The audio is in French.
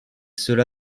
cela